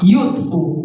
useful